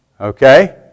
Okay